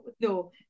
No